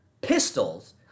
pistols